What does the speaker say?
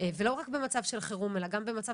לא להכניס עירוי ולא לקחת דם אלא רק במתאר